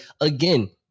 again